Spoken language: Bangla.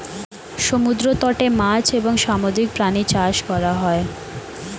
সমুদ্র তটে মাছ এবং সামুদ্রিক প্রাণী চাষ করা হয়